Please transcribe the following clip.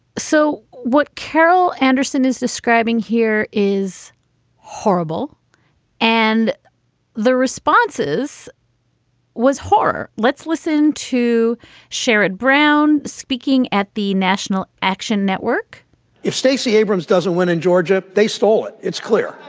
so what carol anderson is describing here is horrible and the responses was horror. let's listen to sherrod brown speaking at the national action network if stacey abrams doesn't win in georgia. they stole it. it's clear.